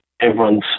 everyone's